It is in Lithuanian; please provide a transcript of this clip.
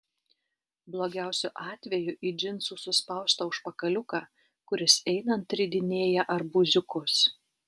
blogiausiu atveju į džinsų suspaustą užpakaliuką kuris einant ridinėja arbūziukus